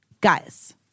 Guys